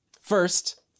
First